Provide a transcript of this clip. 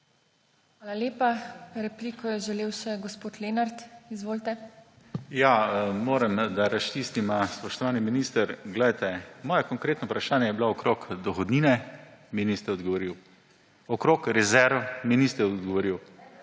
Hvala lepa. Repliko je želel še gospod Lenart. Izvolite. **JOŽE LENART (PS LMŠ):** Da razčistiva, spoštovani minister, moje konkretno vprašanje je bilo okrog dohodnine, mi niste odgovorili, okrog rezerv, mi niste odgovorili.